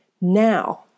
Now